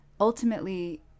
ultimately